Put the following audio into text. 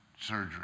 surgery